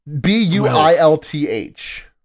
B-U-I-L-T-H